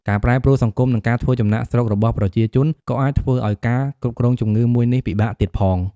ការប្រែប្រួលសង្គម និងការធ្វើចំណាកស្រុករបស់ប្រជាជនក៏អាចធ្វើឱ្យការគ្រប់គ្រងជំងឺមួយនេះពិបាកទៀតផង។